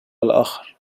الآخر